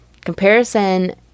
Comparison